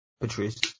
Patrice